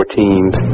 teams